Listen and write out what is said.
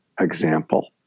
example